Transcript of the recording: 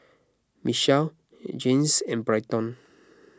Michelle Janyce and Bryton